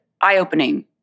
eye-opening